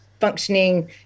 functioning